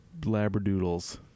labradoodles